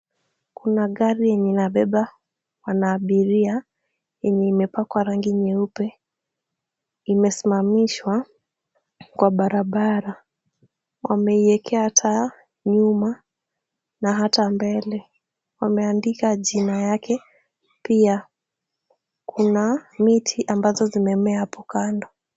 Kuna gari yenye inabeba wana abiria yenye imepakwa rangi nyeupe. Imesimamishwa kwa barabara. Wameiwekea taa nyuma na hata mbele. Wameandika jina yake pia. Kuna miti ambazo zimemea hapo kando.